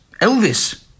Elvis